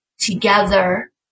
together